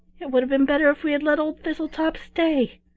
it would have been better if we had let old thistletop stay.